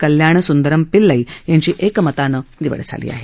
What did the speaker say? कल्याण संदरमापिल्लई यांची एकमतानं निवड झाली आहे